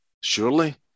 surely